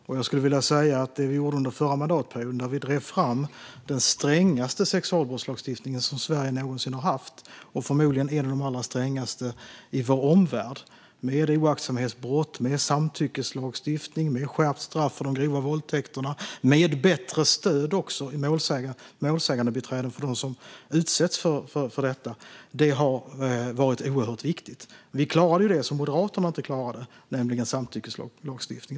Det vi gjorde under förra mandatperioden - där vi drev fram den strängaste sexualbrottslagstiftning som Sverige någonsin har haft, och förmodligen en av de strängaste i vår omvärld, med oaktsamhetsbrott, med samtyckeslagstiftning, med skärpt straff för de grova våldtäkterna, med bättre stöd i form av målsägandebiträden för dem som utsätts för brott - har varit oerhört viktigt. Vi klarade av det som Moderaterna inte klarade, nämligen att ta fram en samtyckeslagstiftning.